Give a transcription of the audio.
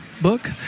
book